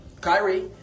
Kyrie